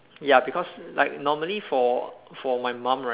ya because like normally for for my mum